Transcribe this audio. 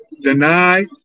Deny